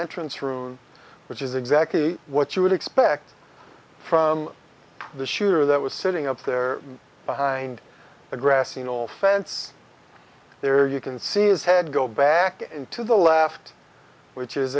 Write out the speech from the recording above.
entrance room which is exactly what you would expect from the shooter that was sitting up there behind the grassy knoll fence there you can see is head go back into the left which is